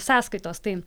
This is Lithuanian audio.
sąskaitos tai